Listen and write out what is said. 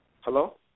Hello